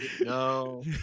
No